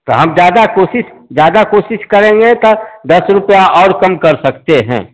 तो हम ज़्यादा कोशिश ज़्यादा कोशिश करेंगें तो दस रुपया और कम कर सकते हैं